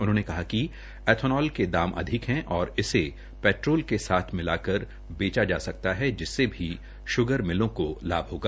उन्होंने कहा कि एथोनॉल के दाम अधिक हैं और इसे पैट्रोल के साथ मिलाकर बेचा जा सकता है जिससे भी शुगर मिलों को लाभ होगा